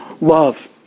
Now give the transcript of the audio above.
Love